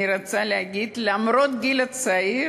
אני רוצה להגיד שלמרות הגיל הצעיר